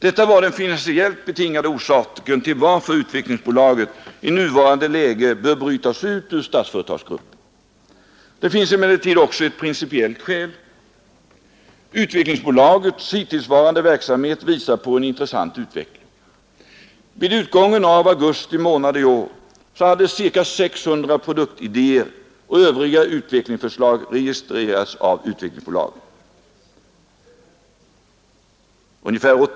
Detta var den finansiellt betingade orsaken till att Utvecklingsbolaget i nuvarande läge bör brytas ut ur Statsföretagsgruppen. Det finns emellertid också ett principiellt skäl. Utvecklingsbolagets hittillsvarande verksamhet visar på en intressant utveckling. Vid utgången av augusti månad i år hade ca 600 produktidéer och andra utvecklingsförslag registrerats av Utvecklingsbolaget.